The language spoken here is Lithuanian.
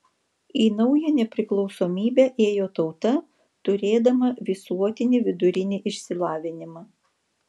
į naują nepriklausomybę ėjo tauta turėdama visuotinį vidurinį išsilavinimą